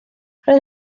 roedd